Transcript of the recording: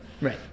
Right